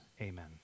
Amen